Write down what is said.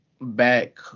back –